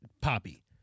poppy